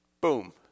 boom